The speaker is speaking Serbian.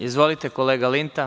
Izvolite, kolega Linta.